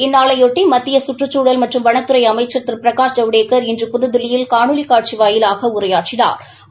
இந்நாளையொட்டி மத்திய கற்றுக்சூழல் மற்றும் வனத்துறை அமைக்ள் திரு பிரகாஷ் ஜவடேக்கர் இன்று புதுதில்லியில் காணொலி காட்சி வாயிலாக இன்று உரையாற்றினாா்